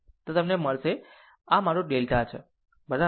તો તમને મળશે આ મારો ડેલ્ટા છે બરાબર